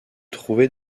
trouver